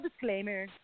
disclaimer